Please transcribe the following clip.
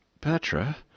Petra